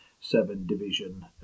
seven-division